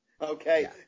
Okay